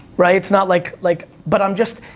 right? it's not like, like but i'm just,